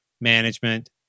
management